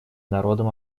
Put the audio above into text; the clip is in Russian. народом